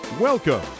welcome